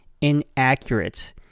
inaccurate